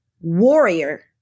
warrior